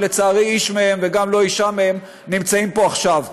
שלצערי איש מהם וגם לא אישה מהם נמצאים פה עכשיו.